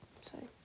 Sorry